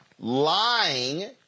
Lying